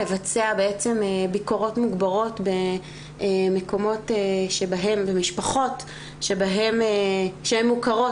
לבצע ביקורות מוגברות במקומות ובמשפחות שהן מוכרות,